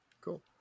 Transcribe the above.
Cool